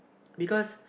because